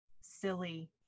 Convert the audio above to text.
silly